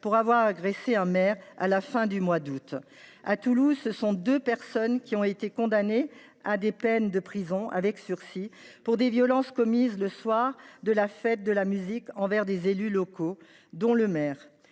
pour avoir agressé un maire à la fin du mois d’août. À Toulouse, deux personnes ont été condamnées à des peines de prison avec sursis pour des violences commises le soir de la fête de la musique envers des élus locaux, dont le maire.